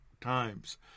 times